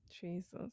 Jesus